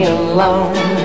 alone